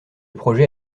projet